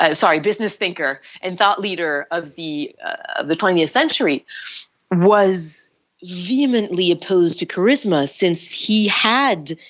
ah sorry business thinker and thought leader of the of the twentieth century was vehemantly opposed a charisma since he had